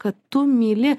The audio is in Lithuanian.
kad tu myli